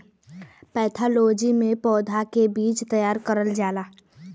pathology में पौधा के बीज तैयार करल जाला